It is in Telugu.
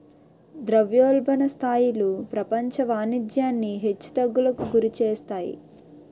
ద్రవ్యోల్బణ స్థాయిలు ప్రపంచ వాణిజ్యాన్ని హెచ్చు తగ్గులకు గురిచేస్తాయి